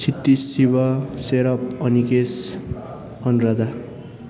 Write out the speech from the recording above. क्षितिज शिव सेरप अनिकेस अनुराधा